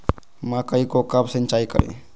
मकई को कब सिंचाई करे?